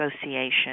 Association